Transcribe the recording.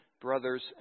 brothers